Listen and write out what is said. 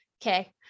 Okay